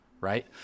right